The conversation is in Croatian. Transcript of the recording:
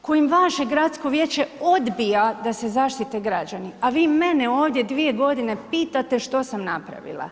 kojim vaše gradsko vijeće odbija da se zaštite građani, a vi mene ovdje 2.g. pitate što sam napravila.